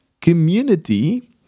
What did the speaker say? community